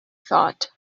thought